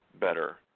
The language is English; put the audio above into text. better